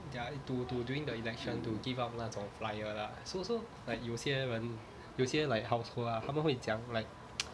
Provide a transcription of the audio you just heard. ya to to during the election to give out 那种 flyer lah so so like 有些人有些 like household lah 他们会讲 like